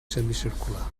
semicircular